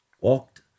walked